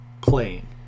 playing